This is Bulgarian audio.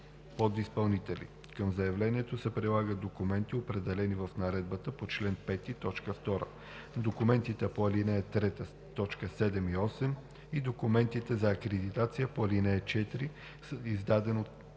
подизпълнители. Към заявлението се прилагат документите, определени в наредбата по чл. 5, т. 2. Документите по ал. 3, т. 7 и 8 и документ за акредитация по ал. 4, издаден от